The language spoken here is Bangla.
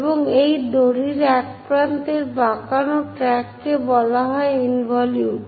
এবং এই দড়ির এক প্রান্তের বাঁকানো ট্র্যাককে বলা হয় ইনভলিউট